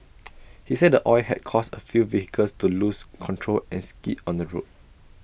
he said oil had caused A few vehicles to lose control and skid on the road